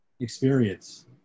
experience